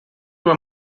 were